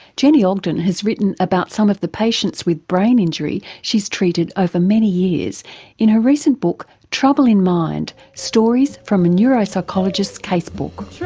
jenni ogden has written about some of the patients with brain injury she has treated over ah many years in her recent book trouble in mind stories from a neuropsychologist's casebook.